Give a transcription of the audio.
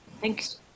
thanks